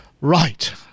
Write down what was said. right